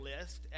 list